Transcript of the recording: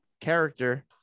character